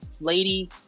lady